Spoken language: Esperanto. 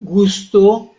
gusto